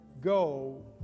go